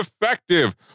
effective